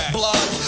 blood